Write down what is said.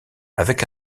avec